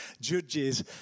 judges